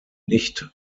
nicht